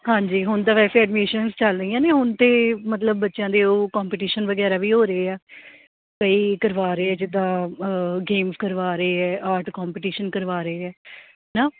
ਹਾਂਜੀ ਹੁਣ ਤਾਂ ਵੈਸੇ ਐਡਮਿਸ਼ਨ ਚੱਲ ਰਹੀਆਂ ਨੇ ਹੁਣ ਅਤੇ ਮਤਲਬ ਬੱਚਿਆਂ ਦੇ ਉਹ ਕੰਪੀਟੀਸ਼ਨ ਵਗੈਰਾ ਵੀ ਹੋ ਰਹੇ ਆ ਕਈ ਕਰਵਾ ਰਹੇ ਆ ਜਿੱਦਾਂ ਗੇਮ ਕਰਵਾ ਰਹੇ ਹੈ ਆਰਟ ਕੋਂਪੀਟੀਸ਼ਨ ਕਰਵਾ ਰਹੇ ਆ ਹੈ ਨਾ